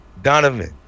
Donovan